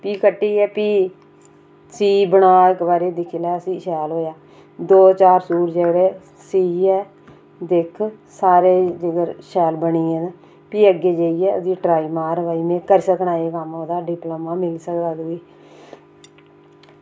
भी कट्टियै भी सी बनाग ते दिक्खी लै शैल होआ दो चार सूट जेह्ड़े सीऐ दिक्ख सारे ईं जेकर शैल बनी ते भी अग्गें जाइयै ओह्दी ट्राई मार भई करी सकना में मिली सकदा डिप्लोमा ओह्दा